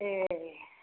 ए